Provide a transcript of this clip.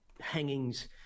hangings